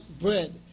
bread